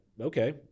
okay